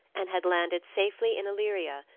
and had landed safely in illyria,